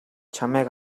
чамайг